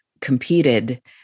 competed